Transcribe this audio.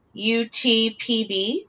UTPB